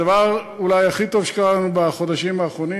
הדבר אולי הכי טוב שקרה לנו בחודשים האחרונים